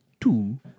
Two